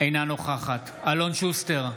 אינה נוכחת אלון שוסטר,